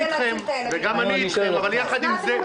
כמה שנים אתם מודעים לבעיה הזאת?